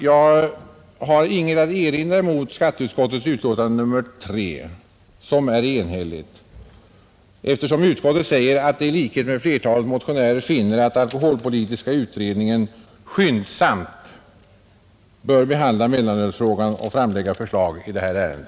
Jag har inget att erinra mot skatteutskottets betänkande nr 3, som är enhälligt, eftersom utskottet säger att det i likhet med flertalet motionärer finner att alkoholpolitiska utredningen skyndsamt bör behandla mellanölsfrågan och lägga fram förslag i detta ärende.